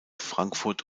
frankfurt